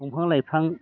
दंफां लाइफां